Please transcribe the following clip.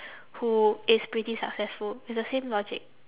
who is pretty successful it's the same logic